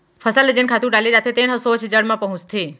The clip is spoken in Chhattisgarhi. फसल ल जेन खातू डाले जाथे तेन ह सोझ जड़ म पहुंचथे